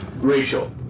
Rachel